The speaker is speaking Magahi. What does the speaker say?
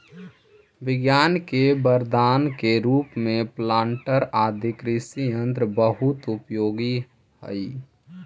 विज्ञान के वरदान के रूप में प्लांटर आदि कृषि यन्त्र बहुत उपयोगी हई